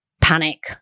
panic